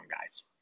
guys